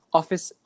office